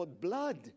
blood